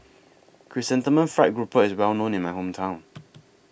Chrysanthemum Fried Grouper IS Well known in My Hometown